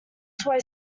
toy